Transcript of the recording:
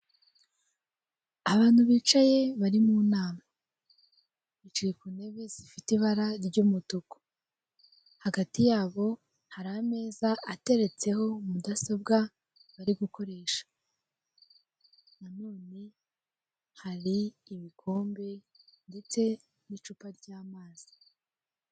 Abantu bicaye bari mu nama, bicaye ku ntebe zifite ibara ry'umutuku. Hagati yabo hari ameza ateretseho mudasobwa bari gukoresha, nanone hari ibikombe ndetse n'icupa ry'amazi.